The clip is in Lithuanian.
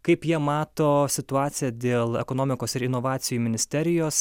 kaip jie mato situaciją dėl ekonomikos ir inovacijų ministerijos